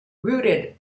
routed